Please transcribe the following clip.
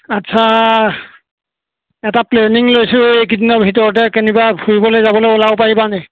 আচ্ছা এটা প্লেনিং লৈছোঁ এইকেইদিনৰ ভিতৰতে কেনিবা ফুৰিবলৈ যাবলৈ ওলাব পাৰিবা নেকি